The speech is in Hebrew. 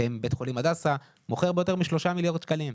לפעמים בית חולים הדסה מוכר ביותר משלושה מיליארד שקלים,